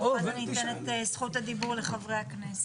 ואז אני אתן את זכות הדיבור לחברי הכנסת,